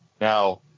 Now